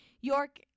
York